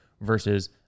versus